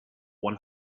one